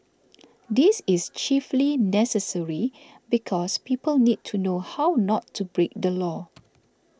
this is chiefly necessary because people need to know how not to break the law